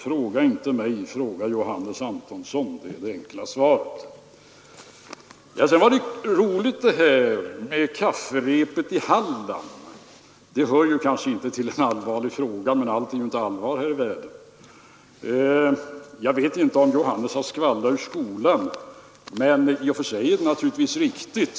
Fråga inte mig, fråga Johannes Antonsson, är det enkla svaret. Det var roligt det här med kafferepet i Halland. Det är kanske inte en allvarlig fråga, men allt är ju inte allvar här i världen. Jag vet inte om Johannes skvallrat ur skolan, men i och för sig är det naturligtvis riktigt.